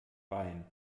bein